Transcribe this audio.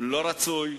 לא רצוי,